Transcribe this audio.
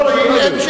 לא מפריעים.